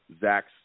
Zach's